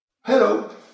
Hello